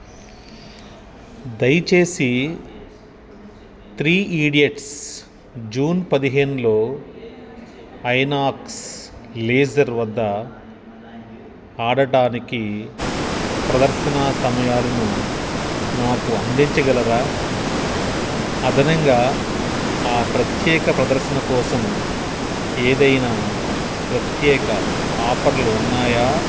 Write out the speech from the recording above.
దయచేసీ three idiots June పదిహేనులో Inox leisure వద్ద ఆడడానికీ ప్రదర్శనా సమయాలను నాకు అందించగలరా అదనంగా ఆ ప్రత్యేక ప్రదర్శన కోసం ఏదైనా ప్రత్యేక ఆఫర్లు ఉన్నాయా